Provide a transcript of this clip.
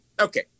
Okay